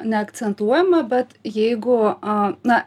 neakcentuojama bet jeigu a na